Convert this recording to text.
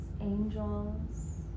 angels